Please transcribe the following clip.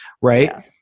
right